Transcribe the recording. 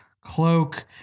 cloak